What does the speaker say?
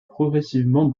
progressivement